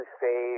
say